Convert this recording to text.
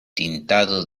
tintado